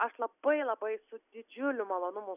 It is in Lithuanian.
aš labai labai su didžiuliu malonumu